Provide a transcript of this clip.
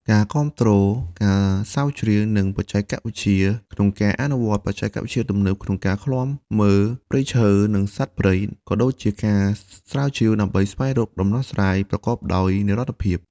ការគាំទ្រការស្រាវជ្រាវ និងបច្ចេកវិទ្យាក្នុងការ អនុវត្តបច្ចេកវិទ្យាទំនើបក្នុងការឃ្លាំមើលព្រៃឈើ និងសត្វព្រៃ ក៏ដូចជាការស្រាវជ្រាវដើម្បីស្វែងរកដំណោះស្រាយប្រកបដោយនិរន្តរភាព។